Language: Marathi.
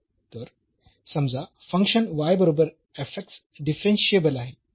तर समजा फंक्शन बरोबर डिफरन्शियेबल आहे